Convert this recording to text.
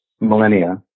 millennia